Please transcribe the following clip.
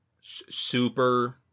super